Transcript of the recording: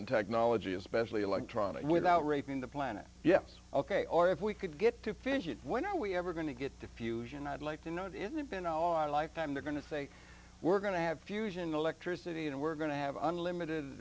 in technology especially electronic without raping the planet yes ok or if we could get to finish it when are we ever going to get to fusion i'd like to know it in the bin our lifetime they're going to say we're going to have fusion electricity and we're going to have unlimited